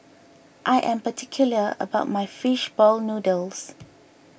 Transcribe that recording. I am particular about my Fish Ball Noodles